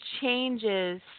changes